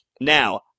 Now